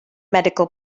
medical